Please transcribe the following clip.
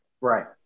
Right